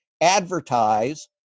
advertise